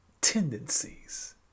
tendencies